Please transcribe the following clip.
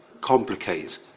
complicate